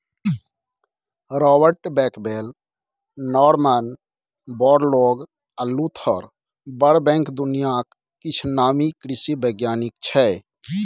Robert Bakewell, Norman Borlaug आ Luther Burbank दुनियाक किछ नामी कृषि बैज्ञानिक छै